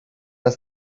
els